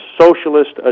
socialist